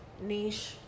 niche